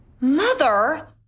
Mother